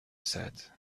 said